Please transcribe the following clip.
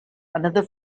another